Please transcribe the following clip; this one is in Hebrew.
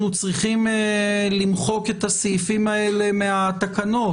צריכים למחוק את הסעיפים האלה מהתקנות.